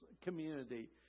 community